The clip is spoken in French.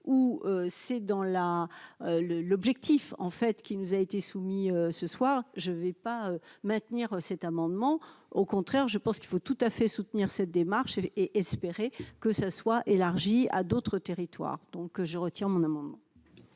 où c'est dans la le l'objectif en fait qui nous a été soumis ce soir je vais pas maintenir cet amendement, au contraire, je pense qu'il faut tout à fait soutenir cette démarche et espérer que ça soit élargie à d'autres territoires, donc je retire mon amendement.